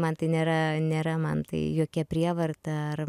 man tai nėra nėra man tai jokia prievarta ar